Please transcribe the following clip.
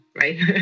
right